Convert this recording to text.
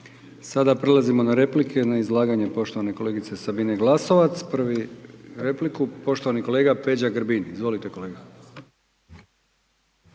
Sada prelazimo na replike na izlaganje poštovane kolegice Sabine Glasovac. Prvi repliku, poštovani kolega Peđa Grbin. Izvolite kolega.